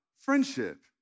friendship